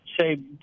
say